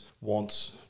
wants